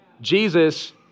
Jesus